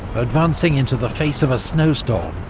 advancing into the face of a snowstorm,